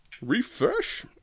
Refresh